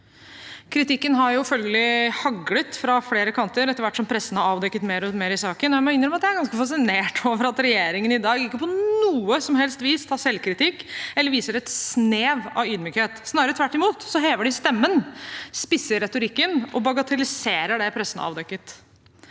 Kritikken har følgelig haglet fra flere kanter etter hvert som pressen har avdekket mer og mer i saken, og jeg må innrømme at jeg er ganske fascinert over at regjeringen i dag ikke på noe som helst vis tar selvkritikk eller viser et snev av ydmykhet. Snarere tvert imot: De hever stemmen, spisser retorikken og bagatelliserer det pressen har avdekket.